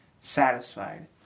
satisfied